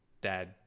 dad